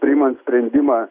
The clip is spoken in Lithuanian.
priimant sprendimą